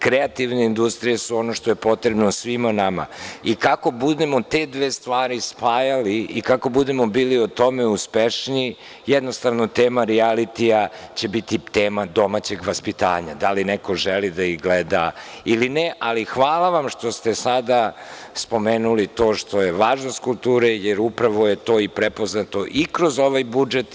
Kreativne industrije su ono što je potrebno svima nama i kako budemo te dve stvari spajali i kako budemo bili u tome uspešniji, tema rijalitija će biti tema domaćeg vaspitanja, da li neko želi da ih gleda ili ne, ali hvala vam što ste sada spomenuli to što je važnost kulture, jer upravo je to prepoznato kroz ovaj budžet.